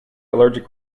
allergic